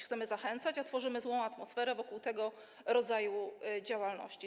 Chcemy zachęcać, a tworzymy złą atmosferę wokół tego rodzaju działalności.